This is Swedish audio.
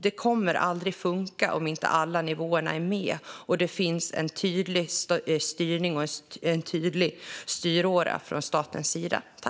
Det kommer aldrig att funka om inte alla nivåer är med och det finns en tydlig styrning och en tydlig styråra från statens sida.